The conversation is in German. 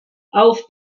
auf